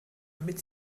damit